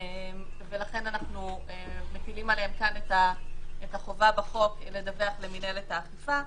ולכן אנחנו מטילים עליהם כאן את החובה בחוק לדווח למינהלת האכיפה.